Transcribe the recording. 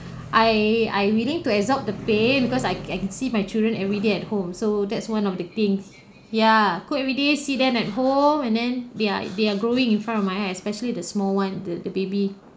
I I willing to absorb the pain because I I can see my children everyday at home so that's one of the things ya good everyday see them at home and then they are they are growing in front of my eyes especially the small one the baby